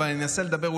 אבל אני אנסה לדבר,